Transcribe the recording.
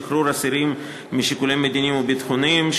שחרור אסירים משיקולים מדיניים או ביטחוניים),